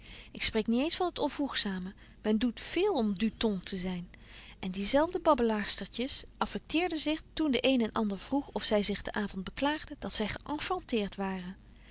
ik spreek niet eens van het onvoegzame men doet veel om du ton te zyn en die zelfde babbelaarstertjes affecteerden zich toen de een en ander vroeg of zy zich den avond beklaagden dat zy geënchanteert waren